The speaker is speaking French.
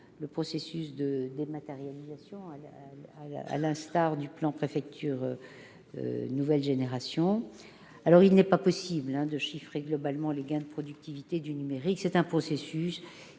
le processus de dématérialisation, à l'instar du plan Préfectures nouvelle génération. Il n'est pas possible de chiffrer globalement les gains de productivité dus au numérique. Ce processus